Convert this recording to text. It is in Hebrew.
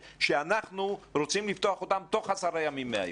שאנחנו רוצים לפתוח אותם תוך עשרה ימים מהיום.